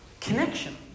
connection